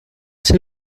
ser